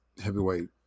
heavyweight